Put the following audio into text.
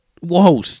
Whoa